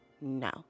no